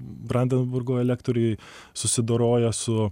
brandenburgo elektoriai susidoroja su